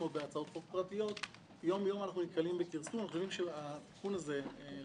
שכל אחד צריך לקבל את הנתח הנכון שלו בתוך התהליך הזה.